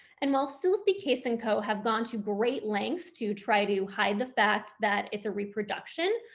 and while silsbee, case, and co. have gone to great lengths to try to hide the fact that it's a reproduction,